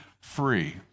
free